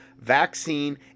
vaccine